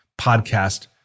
podcast